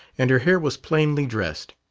and her hair was plainly dressed.